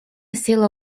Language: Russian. села